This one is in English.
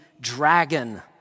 dragon